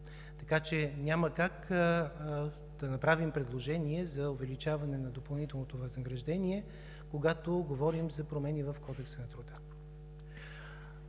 Така че няма как да направим предложение за увеличаване на допълнителното възнаграждение, когато говорим за промени в Кодекса на труда.